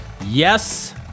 Yes